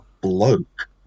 bloke